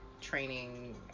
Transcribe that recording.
training